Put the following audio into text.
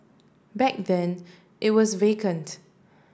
back then it was vacant